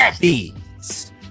beats